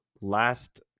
last